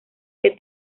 que